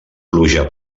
pluja